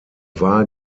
war